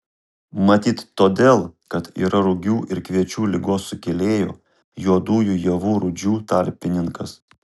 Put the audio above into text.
matyt todėl kad yra rugių ir kviečių ligos sukėlėjo juodųjų javų rūdžių tarpininkas